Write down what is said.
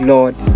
Lord